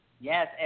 Yes